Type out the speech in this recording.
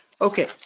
okay